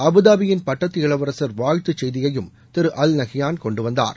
அபுதாபியின் பட்டத்து இளவரசர் வாழ்த்துச் செய்தியையும் திரு அல் நஹ்யான் கொண்டுவந்தார்